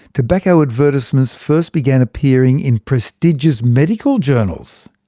tobacco advertisements first began appearing in prestigious medical journals.